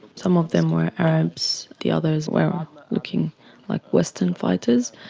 some of them were arabs, the others were looking like western fighters.